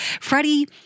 Freddie